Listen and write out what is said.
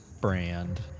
brand